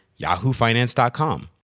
yahoofinance.com